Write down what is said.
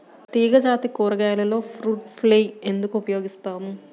తీగజాతి కూరగాయలలో fruit fly ఎందుకు ఉపయోగిస్తాము?